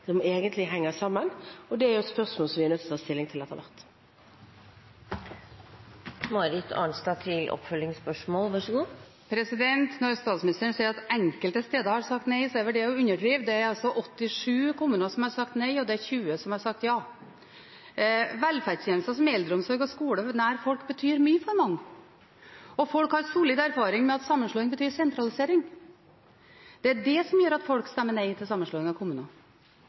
som egentlig henger sammen. Det er et spørsmål som vi er nødt til å ta stilling til etter hvert. Når statsministeren sier at enkelte steder har sagt nei, er det å underdrive. Det er 87 kommuner som har sagt nei, og det er 20 har sagt ja. Velferdstjenester som eldreomsorg og skole nær folk betyr mye for mange. Folk har solid erfaring med at sammenslåing betyr sentralisering. Det er det som gjør at folk stemmer nei til sammenslåing av kommuner.